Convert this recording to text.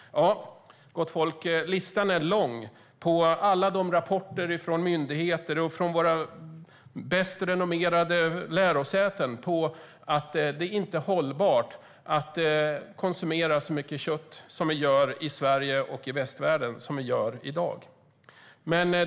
Gott folk! Listan är lång på alla rapporter från våra myndigheter och mest välrenommerade lärosäten som säger att det inte är hållbart att konsumera så mycket kött som vi gör i Sverige och västvärlden i dag.